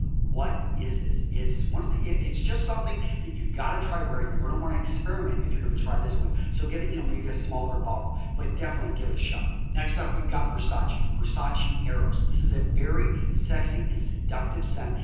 what is this? it's one of the it's just something that you've got to try wearing. you're going to want to experiment if you're going to try this one. so, get, you know, maybe a smaller bottle, but definitely give it a shot. next stop, we got versace, versace eros. this is a very sexy and seductive scent.